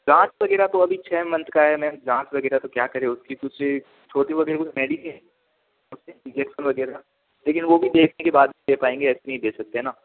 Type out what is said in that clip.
जाँच वगैरह तो अभी छः मंथ का हैं मेम जाँच वगैरह तो क्या करें उसकी दूसरी छोटी कोई मेडिसिन इंजेक्शन वगैरह लेकिन वो भी देखने के बाद भी दे पाएंगे ऐसे नहीं दे सकते ना